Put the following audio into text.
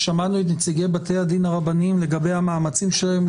ושמענו את נציגי בתי הדין הרבניים לגבי המאמצים שלהם,